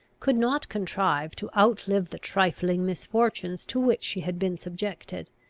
could not contrive to outlive the trifling misfortunes to which she had been subjected.